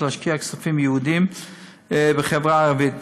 להשקיע כספים ייעודים בחברה הערבית,